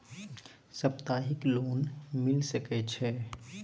सप्ताहिक लोन मिल सके छै?